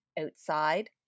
outside